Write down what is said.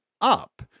up